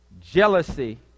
jealousy